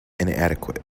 inadequate